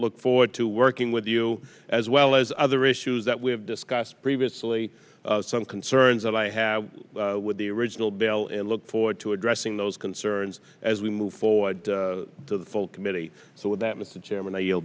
look forward to working with you as well as other issues that we have discussed previously some concerns that i have with the original bill and look forward to addressing those concerns as we move forward the full committee so